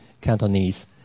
Cantonese